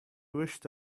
wished